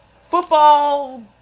football